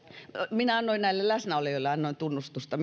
minä annoin näille läsnäolijoille tunnustusta